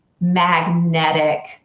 magnetic